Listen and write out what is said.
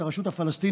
את הרשות הפלסטינית,